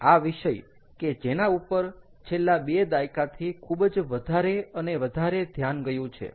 આ વિષય કે જેના ઉપર છેલ્લા બે દાયકાથી ખૂબ જ વધારે અને વધારે ધ્યાન ગયું છે